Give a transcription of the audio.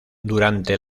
durante